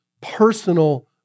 personal